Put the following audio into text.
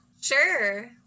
Sure